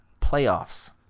playoffs